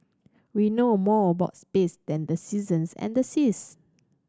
we know more about space than the seasons and the seas